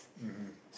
mmhmm